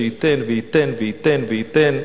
שייתן וייתן וייתן וייתן,